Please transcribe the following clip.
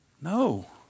no